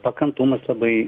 pakantumas labai